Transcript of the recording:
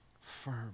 firm